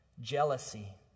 jealousy